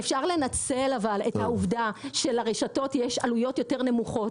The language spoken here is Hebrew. אפשר לנצל את העובדה שלרשתות יש עלויות יותר נמוכות